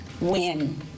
win